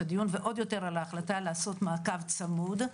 הדיון ועוד יותר על ההחלטה לעשות מעקב צמוד.